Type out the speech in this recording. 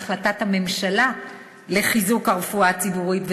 בהחלטת הממשלה לחיזוק הרפואה הציבורית,